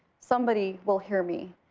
somebody will hear me.